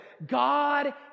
God